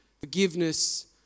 forgiveness